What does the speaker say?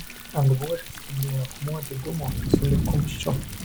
ant buožės spindėjo akmuo didumo sulig kumščiu